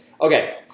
Okay